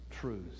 truths